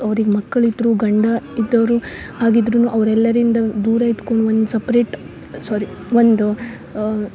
ಅವ್ರಿಗೆ ಮಕ್ಳು ಇದ್ದರೂ ಗಂಡ ಇದ್ದೋರು ಆಗಿದ್ದರೂನು ಅವ್ರೆಲ್ಲರಿಂದ ದೂರ ಇದ್ಕೊಂಡು ಒಂದು ಸಪ್ರೇಟ್ ಸ್ವಾರಿ ಒಂದು